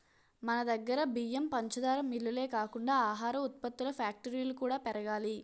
మనదగ్గర బియ్యం, పంచదార మిల్లులే కాకుండా ఆహార ఉత్పత్తుల ఫ్యాక్టరీలు కూడా పెరగాలి